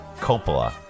Coppola